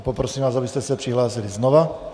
Poprosím vás, abyste se přihlásili znovu.